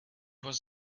was